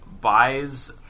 buys